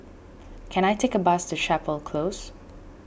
can I take a bus to Chapel Close